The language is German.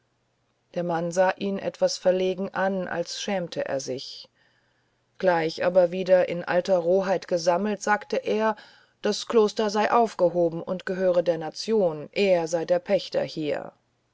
der mann sah ihn etwas verlegen an als schämte er sich gleich aber wieder in alter roheit gesammelt sagte er das kloster sei aufgehoben und gehöre der nation er sei der pächter hier